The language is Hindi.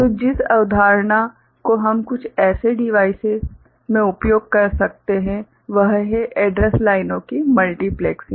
तो जिस अवधारणा को हम कुछ ऐसे डिवाइसेस में उपयोग कर सकते हैं वह है एड्रैस लाइनों की मल्टीप्लेक्सिंग